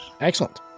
Excellent